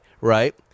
right